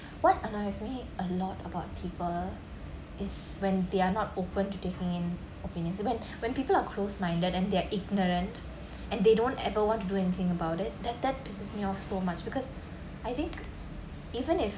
what annoys me a lot about people is when they are not open to taking in opinions but when people are closed minded and they're ignorant and they don't ever want to do anything about it that that pisses me off so much because I think even if